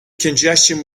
congestion